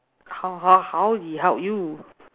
how how how did it help you